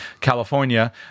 California